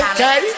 Okay